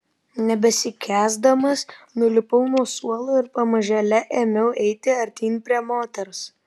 nebesikęsdamas nulipau nuo suolo ir pamažėle ėmiau eiti artyn prie moters